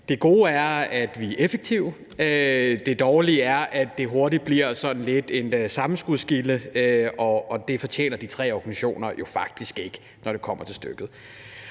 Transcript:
Det gode er, at vi er effektive, det dårlige er, at det hurtigt bliver sådan lidt et sammenskudsgilde, og det fortjener de tre organisationer jo faktisk ikke, når det kommer til stykket.